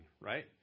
right